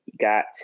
got